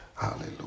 Hallelujah